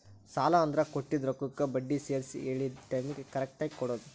ಸಾಲ ಅಂದ್ರ ಕೊಟ್ಟಿದ್ ರೊಕ್ಕಕ್ಕ ಬಡ್ಡಿ ಸೇರ್ಸಿ ಹೇಳಿದ್ ಟೈಮಿಗಿ ಕರೆಕ್ಟಾಗಿ ಕೊಡೋದ್